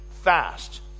fast